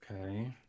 Okay